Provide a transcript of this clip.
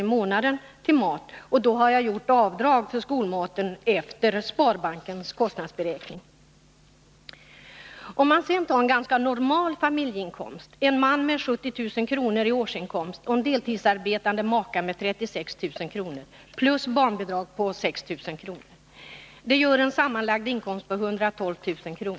i månaden till mat, och då har jag gjort avdrag för skolmaten enligt sparbankernas kostnadsberäkning. Om man sedan tar en ganska normal familj när det gäller inkomsten — en man med 70 000 kr. i årsinkomst och en deltidsarbetande maka med 36 000 kr. samt barnbidrag på 6 000 kr. — blir den sammanlagda inkomsten 112 000 kr.